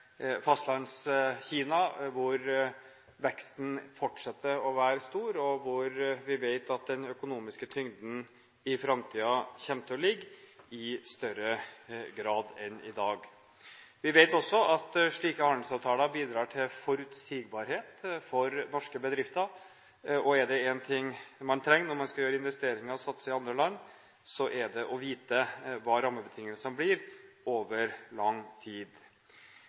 Fastlands-Kina, hvor veksten fortsetter å være stor, og hvor vi vet at den økonomiske tyngden i framtiden kommer til å ligge i større grad enn i dag. Vi vet også at slike handelsavtaler bidrar til forutsigbarhet for norske bedrifter, og er det én ting man trenger når man skal gjøre investeringer og satse i andre land, er det å vite hva rammebetingelsene blir over lang tid.